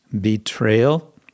betrayal